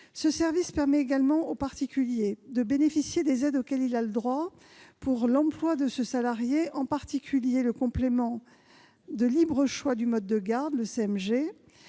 Ce service permet également au particulier de bénéficier des aides auxquelles il a droit pour l'emploi de ce salarié, en particulier le complément de libre choix du mode de garde, le CMG.